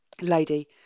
lady